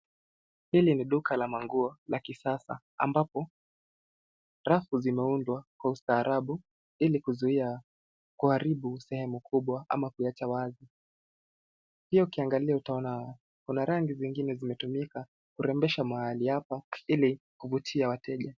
Hili ni duka la manguo la kisasa ambapo rafu zimeundwa kwa ustaarabu ili kuzuia kuharibu sehemu kubwa ama kuiacha wazi. Pia kuangalia utaona kuna rangi zingine zimetumika kurembesha mahali hapa ili kuvutia wateja.